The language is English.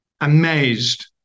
amazed